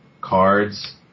cards